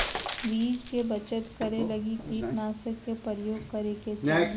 बीज के बचत करै लगी कीटनाशक के प्रयोग करै के चाही